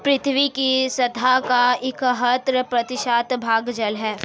पृथ्वी की सतह का इकहत्तर प्रतिशत भाग जल है